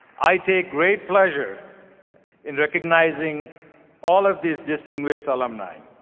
i take great pleasure in recognizing all of these distinguished alumni.